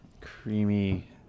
creamy